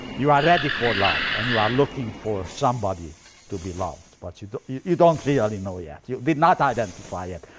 you are ready for love and you are looking for somebody to be loved. but you you don't really know yet, you did not identify yet.